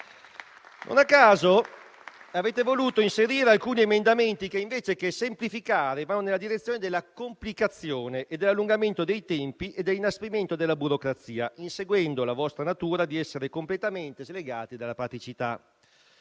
Non a caso avete voluto inserire alcuni emendamenti che, invece che semplificare, vanno nella direzione della complicazione, dell'allungamento dei tempi e dell'inasprimento della burocrazia, inseguendo la vostra natura completamente slegata dalla praticità.